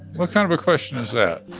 what kind of a question is that?